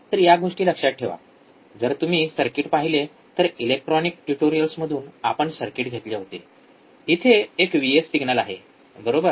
तर या गोष्टी लक्षात ठेवा जर तुम्ही सर्किट पाहिले तर इलेक्ट्रॉनिक ट्युटोरियल्समधून आपण सर्किट घेतले होते इथे एक व्हीएस सिग्नल आहे बरोबर